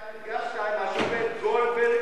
אתה נפגשת עם השופט גולדברג,